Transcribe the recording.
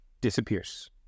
disappears